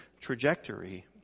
trajectory